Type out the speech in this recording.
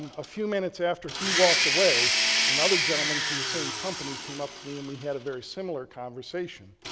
um a few minutes after he walked away another gentleman from the same company came up to me and we had a very similar conversation.